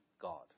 God